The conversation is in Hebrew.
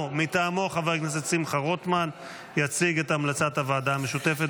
בעד, חמישה נגד, שני נמנעים ו-11 נוכחים.